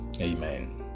Amen